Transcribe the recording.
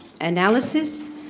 analysis